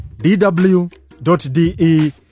DW.de